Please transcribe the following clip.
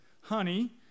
honey